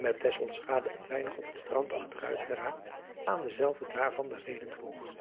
met een weinig op het strand achteruit geraakt aan dezelve daarvan de reden vroeg